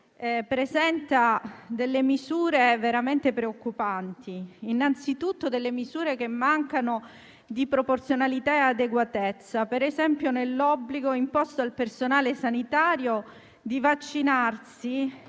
presenta delle misure veramente preoccupanti: innanzitutto mancano di proporzionalità e adeguatezza, ad esempio nell'obbligo imposto al personale sanitario di vaccinarsi,